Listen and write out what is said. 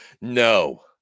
No